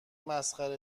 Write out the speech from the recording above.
مسخره